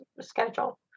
schedule